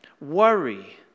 worry